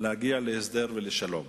ולהגיע להסדר ולשלום.